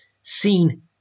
seen